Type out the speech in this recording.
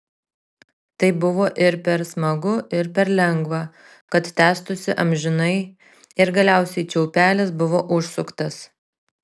tai buvo ir per smagu ir per lengva kad tęstųsi amžinai ir galiausiai čiaupelis buvo užsuktas